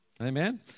Amen